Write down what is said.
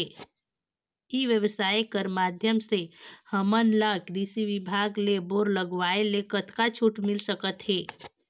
ई व्यवसाय कर माध्यम से हमन ला कृषि विभाग ले बोर लगवाए ले कतका छूट मिल सकत हे?